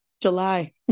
July